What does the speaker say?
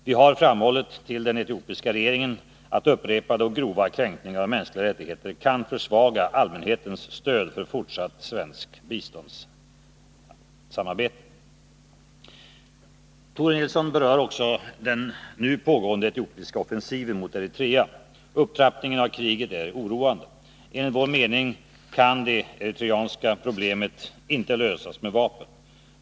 Vi har framhållit till den etiopiska regeringen att upprepade och grova kränkningar av mänskliga rättigheter kan försvaga allmänhetens stöd för fortsatt svenskt biståndssamarbete. Tore Nilsson berör också den nu pågående etiopiska offensiven mot Eritrea. Upptrappningen av kriget är oroande. Enligt vår mening kan det eritreanska problemet inte lösas med vapen.